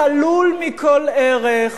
חלול מכל ערך,